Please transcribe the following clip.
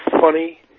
funny